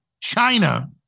China